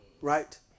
Right